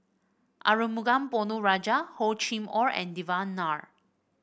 Arumugam Ponnu Rajah Hor Chim Or and Devan Nair